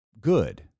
good